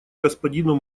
господину